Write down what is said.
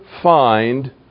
find